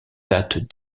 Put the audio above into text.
datent